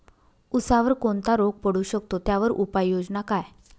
ऊसावर कोणता रोग पडू शकतो, त्यावर उपाययोजना काय?